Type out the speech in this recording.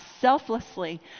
selflessly